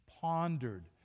pondered